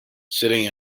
sitting